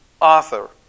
author